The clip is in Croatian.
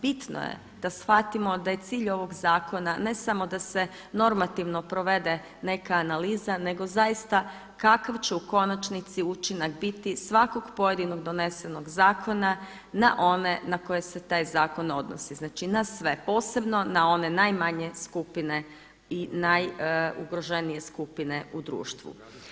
Bitno je da shvatimo da je cilj ovog zakona ne samo da se normativno provede neka analiza nego zaista kakav će u konačnici učinak biti svakog pojedinog donesenog zakona na one na koje se taj zakon odnosi, znači na sve, posebno na one najmanje skupine i najugroženije skupine u društvu.